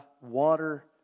water